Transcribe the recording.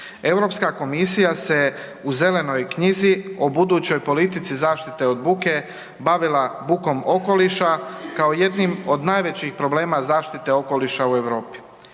EU komisija se u Zelenoj knjizi o budućnoj politici zaštite od buke bavila bukom okoliša, kao jednim od najvećih problema zaštite okoliša u EU.